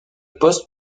poste